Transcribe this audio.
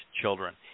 children